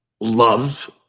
Love